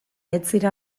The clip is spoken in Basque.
etzira